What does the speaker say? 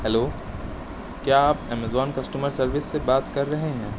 hello کیا آپ Amazon customer service سے بات کر رہے ہیں